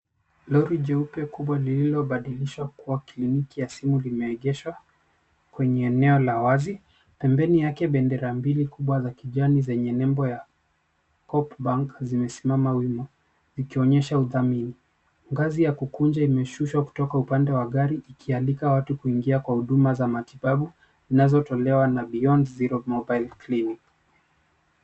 Lori jeupe kubwa lililiobadilishwa kuwa kliniki ya simu limeegeshwa kwenye eneo la wazi. Pembeni yake bendera mbli kubwa za kijani zenye nembo ya Co-op Bank zimesimama wima zikionyesha udhamini. Ngazi ya kukunja imeshushwa kutoka upande wa gari, ikialika watu kuingia kwa huduma za matibabu zinazotolewa na Beyond Zero Mobile Clinic .